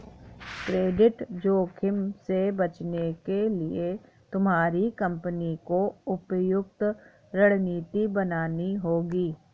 credit जोखिम से बचने के लिए तुम्हारी कंपनी को उपयुक्त रणनीति बनानी होगी